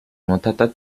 nuotata